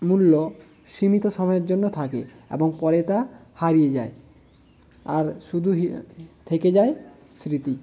মূল্য সীমিত সময়ের জন্য থাকে এবং পরে তা হারিয়ে যায় আর শুধু থেকে যায় স্মৃতি